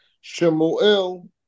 Shemuel